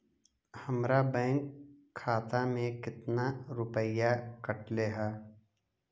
हमरा बैंक खाता से कतना रूपैया कटले है?